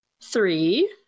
Three